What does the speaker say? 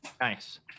Nice